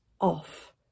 off